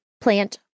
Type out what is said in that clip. plant